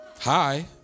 hi